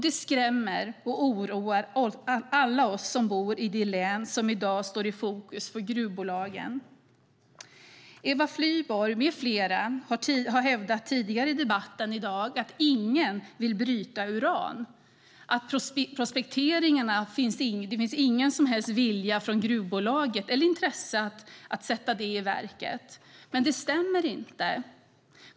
Det skrämmer och oroar alla oss som bor i det län som i dag står i fokus för gruvbolagen. Eva Flyborg med flera har tidigare i dagens debatt hävdat att ingen vill bryta uran, att det inte finns någon som helst vilja eller något intresse från gruvbolaget att sätta det i verket. Men det stämmer inte.